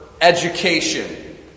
education